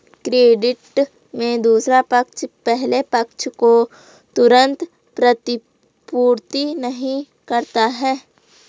credit में दूसरा पक्ष पहले पक्ष को तुरंत प्रतिपूर्ति नहीं करता है